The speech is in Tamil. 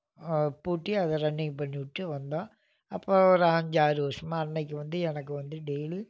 பூட்டி அதை ரெண்டையும் பண்ணிவிட்டு வந்தோம் அப்புறம் ஒரு அஞ்சு ஆறு வருஷமா அன்னைக்கு வந்து எனக்கு வந்து டெய்லி